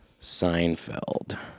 Seinfeld